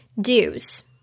Dues